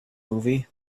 movie